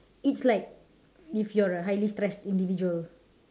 it's like if you're a highly stressed individual